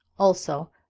also,